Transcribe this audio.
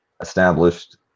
established